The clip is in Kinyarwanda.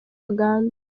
uganda